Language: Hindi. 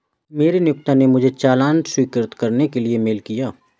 मेरे नियोक्ता ने मुझे चालान स्वीकृत करने के लिए मेल किया